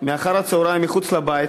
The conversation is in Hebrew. מאחר-צהריים מחוץ לבית,